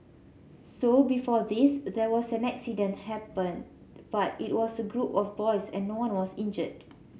so before this there was an accident happened but it was a group of boys and no one was injured